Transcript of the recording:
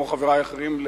כמו חברי האחרים,